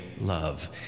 love